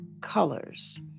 colors